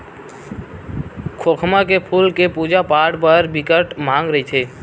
खोखमा के फूल के पूजा पाठ बर बिकट मांग रहिथे